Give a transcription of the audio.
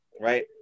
right